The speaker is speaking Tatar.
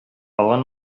калган